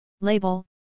Label